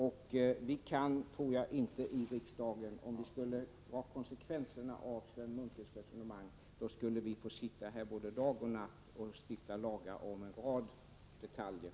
Om vi här i riksdagen skulle dra konsekvensen av Sven Munkes resonemang, skulle vi få sitta här både dag och natt och stifta lagar om en rad detaljer.